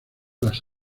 las